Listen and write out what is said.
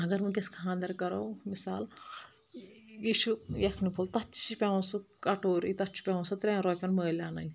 اگر وٕنٛکیٚس خانٛدر کرَو مِثال یہِ چھُ یَکھنہٕ پھُل تَتھ چھِ پؠوان سُہ کٹورٕے تَتھ چھُ پؠوان سُہ ترٛؠن رۄپیَن مٔلۍ اَنٕنۍ